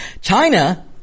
China